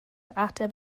ateb